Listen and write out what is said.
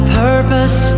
purpose